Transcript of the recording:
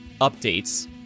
updates